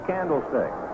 Candlestick